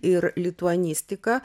ir lituanistika